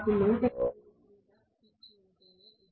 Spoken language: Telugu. నాకు 180 డిగ్రీల పిచ్ ఉంటేనే ఇది జరుగుతుంది